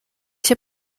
się